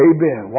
Amen